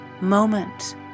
moment